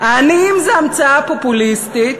העניים זה המצאה פופוליסטית,